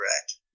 correct